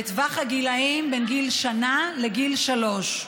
בטווח הגילים בין גיל שנה לגיל שלוש.